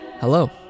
Hello